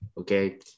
okay